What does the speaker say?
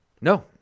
No